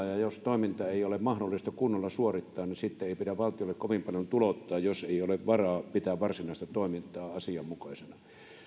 ja jos toimintaa ei ole mahdollista kunnolla suorittaa niin sitten ei pidä valtiolle kovin paljon tulouttaa jos ei ole varaa pitää varsinaista toimintaa asianmukaisena